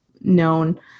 known